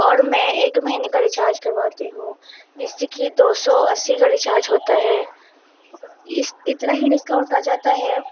اور میں ایک مہینے کا ریچارج کرواتی ہوں جیسے کہ دو سو اسی کا ریچارج ہوتا ہے اس اتنا ہی ڈسکاؤنٹ آ جاتا ہے